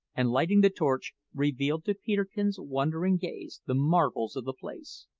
and lighting the torch, revealed to peterkin's wondering gaze the marvels of the place.